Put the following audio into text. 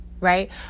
right